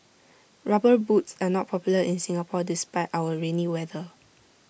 rubber boots are not popular in Singapore despite our rainy weather